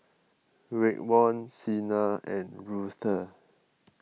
Raekwon Sina and Ruthe